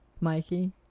Mikey